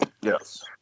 Yes